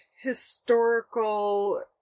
historical